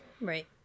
Right